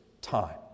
time